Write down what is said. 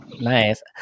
nice